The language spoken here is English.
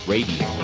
Radio